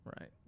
right